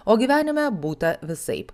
o gyvenime būta visaip